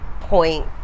point